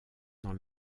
dans